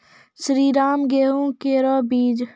श्रीराम गेहूँ केरो बीज?